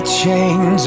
chains